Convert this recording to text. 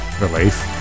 relief